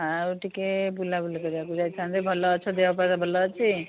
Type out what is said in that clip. ଆଉ ଟିକେ ବୁଲାବୁଲି କରିବାକୁ ଯାଇଥାନ୍ତେ ଭଲ ଅଛ ଦେହ ପା ସବୁ ଭଲ ଅଛି